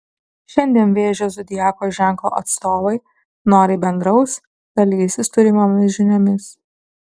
šiandien vėžio zodiako ženklo atstovai noriai bendraus dalysis turimomis žiniomis